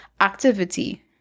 activity